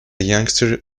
youngster